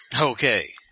Okay